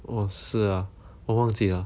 哦是啊我忘记啦